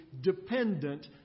dependent